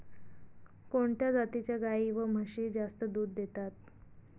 कोणत्या जातीच्या गाई व म्हशी जास्त दूध देतात?